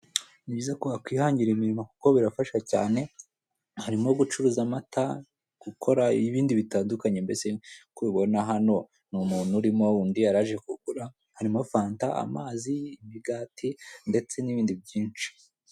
Ni byiza ko wakwihangira imirimo kuko birafasha cyane harimo gucuruza amata, gukora ibindi bitandukanye mbese uko ubibona hano ni umuntu urimo undi yaraje kugura harimo fanta, amazi, imigati ndetse n'ibindi by'inshi.